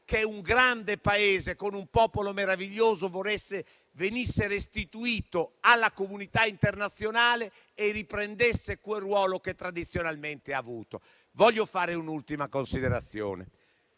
grande Paese, con un popolo meraviglioso, venisse restituito alla comunità internazionale e riprendesse quel ruolo che tradizionalmente ha avuto. Voglio fare un'ultima considerazione,